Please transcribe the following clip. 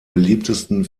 beliebtesten